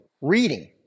reading